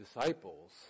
disciples